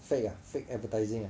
fake ah fake advertising ah